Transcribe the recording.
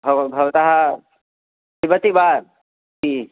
भवान् भवतः पिबति वा टी